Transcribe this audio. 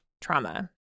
trauma